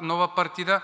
нова партида.